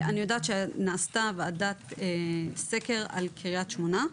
אני יודעת שנעשתה ועדת סקר על קרית שמונה.